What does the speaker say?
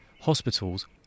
hospitals